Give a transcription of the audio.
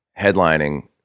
headlining